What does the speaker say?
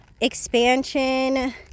expansion